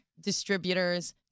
distributors